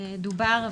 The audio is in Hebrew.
דובר,